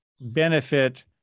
benefit